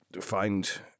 find